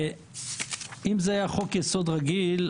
אם זה היה חוק-יסוד רגיל,